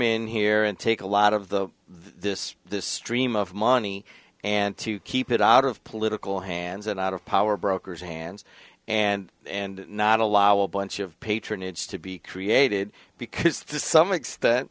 in here and take a lot of the this stream of money and to keep it out of political hands and out of power brokers hands and and not allow a bunch of patronage to be created because to some extent